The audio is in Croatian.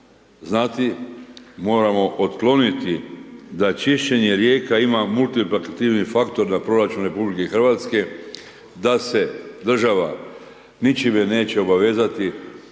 znati, moramo otkloniti, da čišćenje rijeka ima multipraktivni faktor na proračun RH, da se država ničime neće obavezati